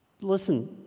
listen